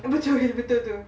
oh betul betul betul